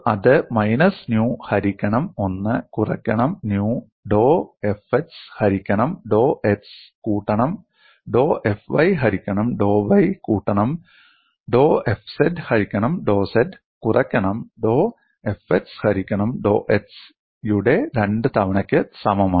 അത് minus nu ഹരിക്കണം 1 കുറക്കണം ന്യു ഡോ Fx ഹരിക്കണം ഡോ x കൂട്ടണം ഡോ Fy ഹരിക്കണം ഡോ y കൂട്ടണം ഡോ Fz ഹരിക്കണം ഡോ z കുറക്കണം ഡോ Fx ഹരിക്കണം ഡോ x യുടെ 2 തവണക്കു സമമാണ്